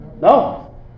No